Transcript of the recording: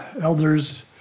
elders